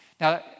Now